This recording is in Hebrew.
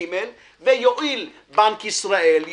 ג' ויואיל בנק ישראל,